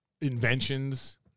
inventions